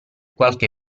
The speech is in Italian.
qualche